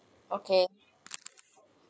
okay